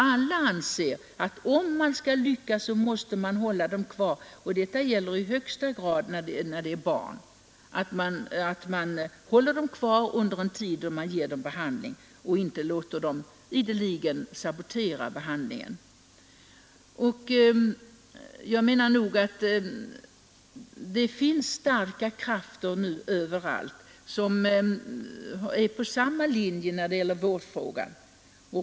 Alla anser att om man skall lyckas måste man hålla narkomanerna kvar — detta är i högsta grad sant när det gäller barn — under den tid man ger dem behandling och inte låta dem ideligen sabotera behandlingen. Det finns nu starka krafter överallt som är inne på samma linje när det gäller vårdfrågan.